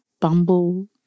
Bumble